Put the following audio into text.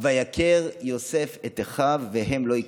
"ויכר יוסף את אחיו והם לא הכרהו".